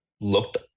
looked